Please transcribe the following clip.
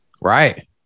right